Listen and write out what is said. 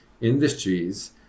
industries